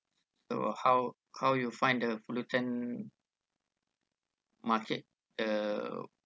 how how you find the fullerton market uh